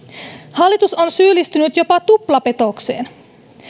hallitus on syyllistynyt jopa tuplapetokseen